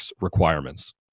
requirements